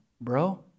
bro